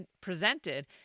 presented